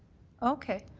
okay.